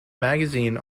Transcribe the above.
magazine